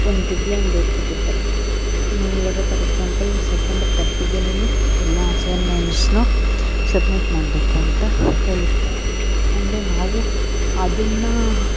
ಒಂದು deadline date ಕೊಟ್ಟಿರ್ತಾರೆ ಇವಾಗ ಫಾರ್ ಎಕ್ಸಾಂಪಲ್ ಸೆಪ್ಟೆಂಬರ್ ತರ್ಟಿಗೆ ನೀವು ಎಲ್ಲ ಅಸೈನ್ಮೆಂಟ್ಸನ್ನು ಸಬ್ಮಿಟ್ ಮಾಡಬೇಕು ಅಂತ ಹೇಳಿರ್ತಾರೆ ಅಂದರೆ ನಾವು ಅದನ್ನು